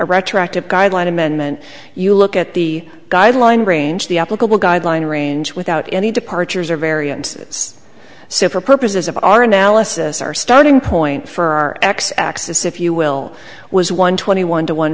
retroactive guideline amendment you look at the guideline range the applicable guideline range without any departures or variances so for purposes of our analysis our starting point for our x axis if you will was one twenty one to one